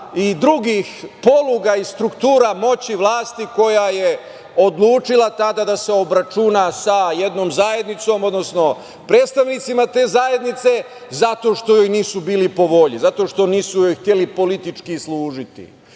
i drugih poluga i struktura moći vlasti koja je odlučila tada da se obračuna sa jednom zajednicom, odnosno predstavnicima te zajednice zato što im nisu bili po volji, zato što nisu uvek hteli politički služiti,